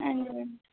android